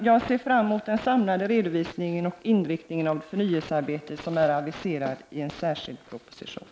Jag ser fram mot den samlade redovisningen av inriktningen av det förnyelsearbete som aviseras i en särskild proposition.